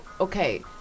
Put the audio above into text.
okay